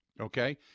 Okay